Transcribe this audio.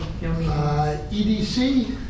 EDC